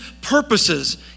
purposes